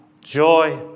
joy